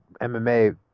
MMA